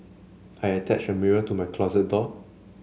I attached a mirror to my closet door